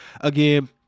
Again